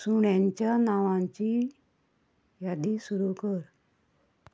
सुण्यांच्या नांवांची यादी सुरू कर